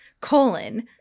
colon